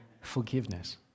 forgiveness